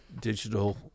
digital